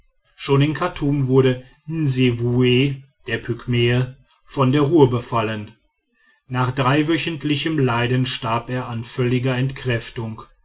schon in chartum wurde nsewue der pygmäe von der ruhr befallen nach dreiwöchentlichem leiden starb er an völliger entkräftung